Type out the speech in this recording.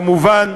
כמובן,